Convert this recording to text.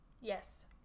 Yes